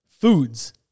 Foods